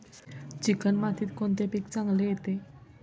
Chicken मातीत कोणते पीक चांगले येते?